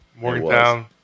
Morgantown